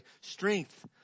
strength